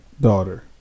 Daughter